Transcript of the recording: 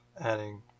adding